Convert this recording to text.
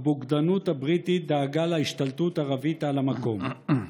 הבוגדנות הבריטית דאגה להשתלטות ערבית על המקום.